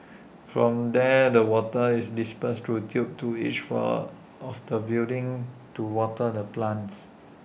from there the water is dispersed through tubes to each floor of the building to water the plants